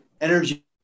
energy